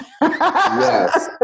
yes